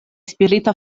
spirita